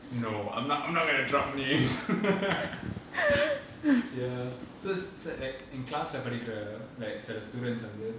no I'm not I'm not gonna drop names ya so so like in class lah படிக்கிற:padikkira like சில:sila students வந்து:vandhu